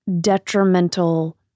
detrimental